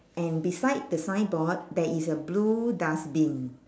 and beside the signboard there is a blue dustbin